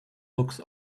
looks